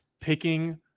picking